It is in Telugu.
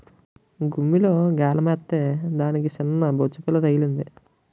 గుమ్మిలో గాలమేత్తే దానికి సిన్నబొచ్చుపిల్ల తగిలింది